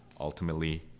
ultimately